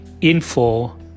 info